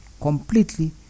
completely